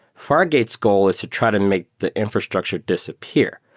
fargate's goal is to try to make the infrastructure disappear.